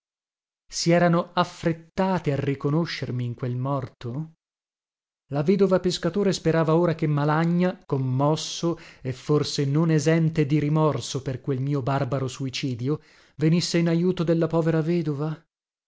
si erano affrettate a riconoscermi in quel morto la vedova pescatore sperava ora che malagna commosso e forse non esente di rimorso per quel mio barbaro suicidio venisse in ajuto della povera vedova